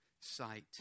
sight